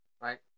Right